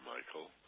Michael